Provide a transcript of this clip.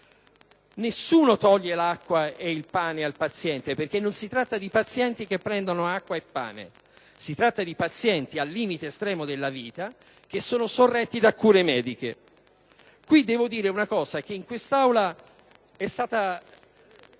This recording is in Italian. Nessuno toglie acqua e pane al paziente, perché non si tratta di pazienti che prendono acqua e pane. Si tratta di pazienti al limite estremo della vita che sono sorretti da cure mediche. In quest'Aula è stato